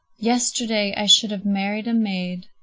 yesterday i should have married a maid,